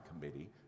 committee